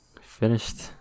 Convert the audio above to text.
Finished